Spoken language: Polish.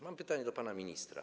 Mam pytanie do pana ministra.